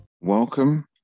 Welcome